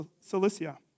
Cilicia